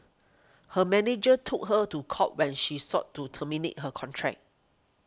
her manager took her to court when she sought to terminate her contract